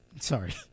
Sorry